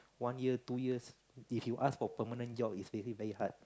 one year two years if you ask for permanent job it's really very hard